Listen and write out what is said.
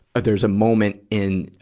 but there's a moment in,